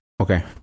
Okay